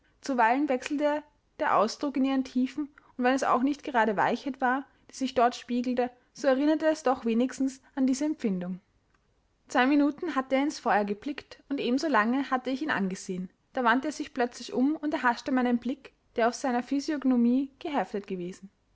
zuweilen wechselte der ausdruck in ihren tiefen und wenn es auch nicht grade weichheit war die sich dort spiegelte so erinnerte es doch wenigstens an diese empfindung zwei minuten hatte er ins feuer geblickt und ebenso lange hatte ich ihn angesehen da wandte er sich plötzlich um und erhaschte meinen blick der auf seine physiognomie geheftet gewesen